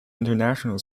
international